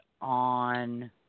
on